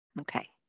Okay